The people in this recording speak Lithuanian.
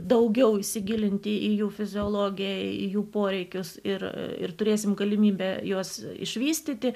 daugiau įsigilinti į jų fiziologiją jų poreikius ir turėsime galimybę juos išvystyti